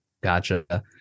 Gotcha